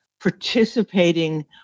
participating